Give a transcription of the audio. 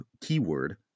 keyword